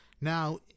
Now